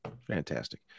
Fantastic